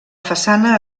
façana